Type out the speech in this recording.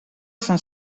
sant